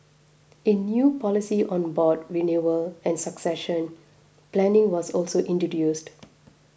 a new policy on board renewal and succession planning was also introduced